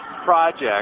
project